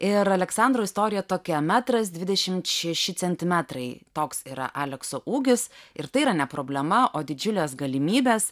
ir aleksandro istorija tokia metras dvidešimt šeši centimetrai toks yra alekso ūgis ir tai yra ne problema o didžiulės galimybės